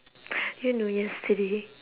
you know yesterday